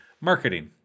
marketing